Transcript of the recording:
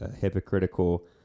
hypocritical